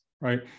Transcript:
right